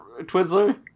Twizzler